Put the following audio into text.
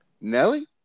Nelly